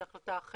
זו החלטה אחרת.